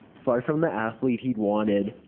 far from the athlete he'd wanted.